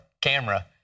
camera